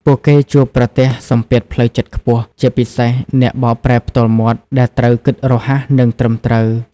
ពួកគេជួបប្រទះសម្ពាធផ្លូវចិត្តខ្ពស់ ជាពិសេសអ្នកបកប្រែផ្ទាល់មាត់ ដែលត្រូវគិតរហ័ស និងត្រឹមត្រូវ។